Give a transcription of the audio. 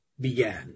began